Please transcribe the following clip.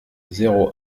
zéro